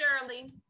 Shirley